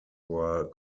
were